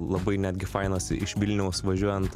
labai netgi fainas iš vilniaus važiuojant